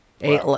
eight